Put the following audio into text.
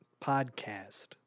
Podcast